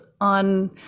on